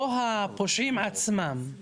לא הפושעים עצמם,